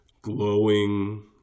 glowing